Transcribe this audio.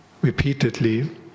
repeatedly